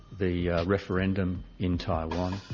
the referendum in taiwan.